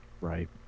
Right